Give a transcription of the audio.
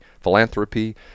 philanthropy